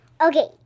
okay